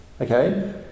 okay